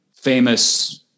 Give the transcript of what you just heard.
famous